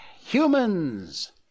humans